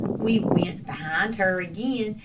we went behind her again,